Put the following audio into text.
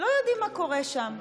לא יודעים מה קורה שם?